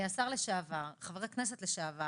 שר הבריאות לשעבר, חבר הכנסת לשעבר